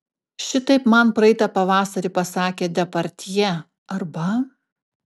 šitaip man praeitą pavasarį pasakė depardjė arba